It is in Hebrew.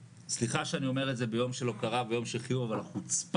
סליחה שאני אומר את זה ביום של הוקרה ביום של חיוב אבל החוצפה